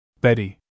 Betty